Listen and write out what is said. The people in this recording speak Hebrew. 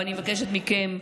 ואני מבקשת מכם,